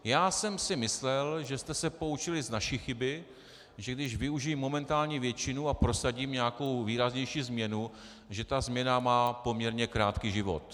Já jsem si myslel, že jste se poučili z naší chyby, že když využiji momentální většinu a prosadím nějakou výraznější změnu, že ta změna má poměrně krátký život.